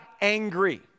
angry